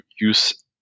use